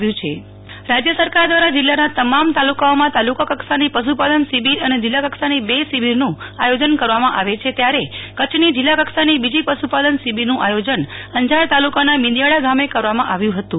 નેહલ ઠકકર પશુપાલકો શ્વેતક્રાંતિનું સર્જન રાજ્ય સરકાર દ્વારા જિલ્લાના તમામ તાલુકાઓમાં તાલુકા કક્ષાની પશુપાલન શિબિર અને જિલ્લા કક્ષાની બે શિબિરનું આયોજન કરવામાં આવે છે ત્યારે કચ્છની જિલ્લા કક્ષાની બીજી પશુપાલન શિબિરનું આયોજન અંજાર તાલુકાના મિંદીયાળા ગામે કરવામાં આવ્યું હતું